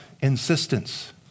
insistence